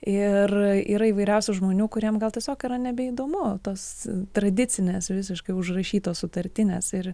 ir yra įvairiausių žmonių kuriem gal tiesiog yra nebeįdomu tas tradicines visiškai užrašytos sutartinės ir